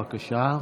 בבקשה.